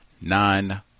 nine